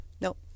Nope